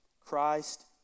Christ